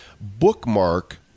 bookmark